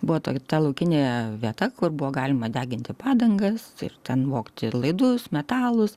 buvo tokia ta laukinė vieta kur buvo galima deginti padangas ir ten vogti laidus metalus